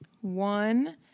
one